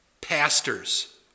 Pastors